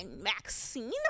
Maxine